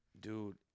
Dude